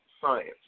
science